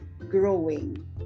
growing